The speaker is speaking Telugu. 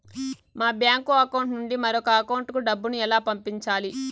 మా బ్యాంకు అకౌంట్ నుండి మరొక అకౌంట్ కు డబ్బును ఎలా పంపించాలి